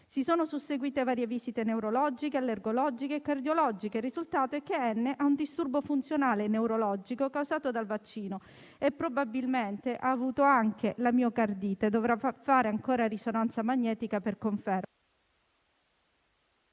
Si sono susseguite varie visite neurologiche, allergologiche e cardiologiche. Il risultato è che N ha un disturbo funzionale neurologico, causato dal vaccino, e probabilmente ha avuto anche la miocardite. Dovrà fare ancora risonanza magnetica per conferma*.